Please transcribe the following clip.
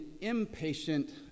impatient